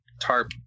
tarp